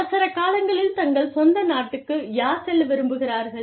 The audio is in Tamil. அவசரக் காலங்களில் தங்கள் சொந்த நாட்டுக்கு யார் செல்ல விரும்புகிறார்கள்